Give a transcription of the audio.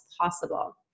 possible